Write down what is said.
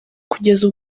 kugeza